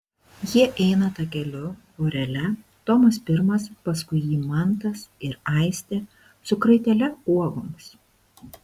jie eina takeliu vorele tomas pirmas paskui jį mantas ir aistė su kraitele uogoms